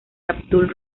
abdul